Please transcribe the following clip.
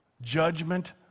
Judgment